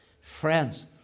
Friends